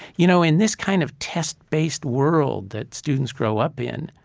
you know, in this kind of test-based world that students grow up in,